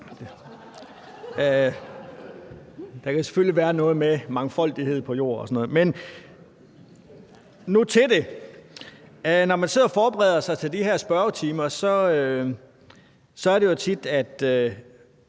der kan selvfølgelig være noget med mangfoldighed på jord og sådan noget. Men nu til sagen. Når man sidder og forbereder sig til de her spørgetimer, er det tit